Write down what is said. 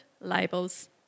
labels